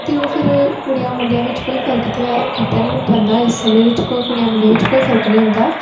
ਅਤੇ ਉਹ ਫਿਰ ਕੁੜੀਆਂ ਮੁੰਡਿਆਂ ਵਿੱਚ ਕੋਈ ਫਰਕ 'ਤੇ ਵੈ ਕੀਤਾ ਨਹੀਂ ਹੁਣ ਜਾਂਦਾ ਇਸ ਸਮੇਂ ਵਿੱਚ ਕੋਈ ਕੁੜੀਆਂ ਮੁੰਡਿਆਂ ਵਿੱਚ ਕੋਈ ਫਰਕ ਨਹੀਂ ਹੁੰਦਾ